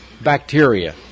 bacteria